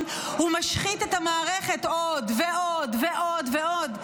הוא משחית את המערכת עוד ועוד ועוד ועוד.